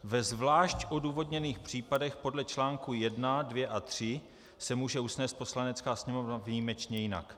Ve zvlášť odůvodněných případech podle čl. 1, 2 a 3 se může usnést Poslanecká sněmovna výjimečně jinak.